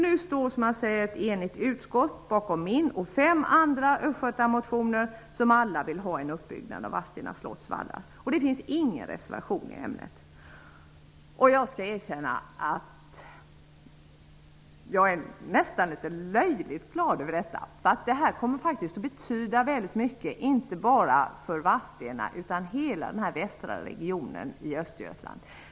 Nu står ett enigt utskott bakom min och fem andra östgötamotioner, som alla vill ha en uppbyggnad av Vadstena slotts vallar. Det finns ingen reservation i ämnet. Jag skall erkänna att jag är nästan litet löjligt glad över detta. Det kommer att betyda väldigt mycket, inte bara för Vadstena, utan för hela den västra regionen i Östergötland.